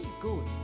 good